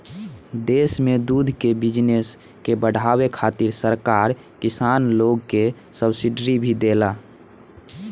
देश में दूध के बिजनस के बाढ़ावे खातिर सरकार किसान लोग के सब्सिडी भी देला